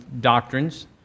doctrines